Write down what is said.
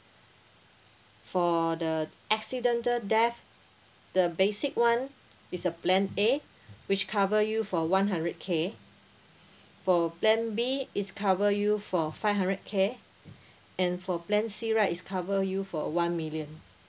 for the accidental death the basic [one] is a plan A which cover you for one hundred K for plan B is cover you for five hundred K and for plan C right is cover you for one million